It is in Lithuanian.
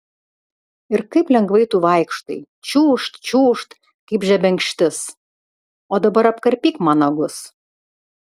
ir kaip lengvai tu vaikštai čiūžt čiūžt kaip žebenkštis o dabar apkarpyk man nagus